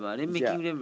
ya